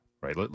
right